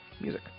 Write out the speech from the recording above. music